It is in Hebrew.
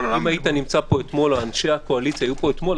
אם אנשי הקואליציה היו פה אתמול,